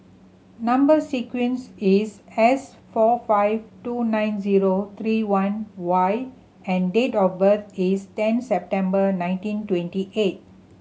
number sequence is S four five two nine zero three one Y and date of birth is ten September nineteen twenty eight